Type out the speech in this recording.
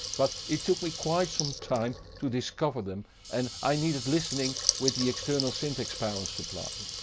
but it took me quite some time to discover them and i needed listening with the external syntaxx power supply.